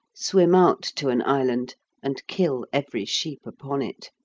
swim out to an island and kill every sheep upon it.